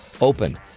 open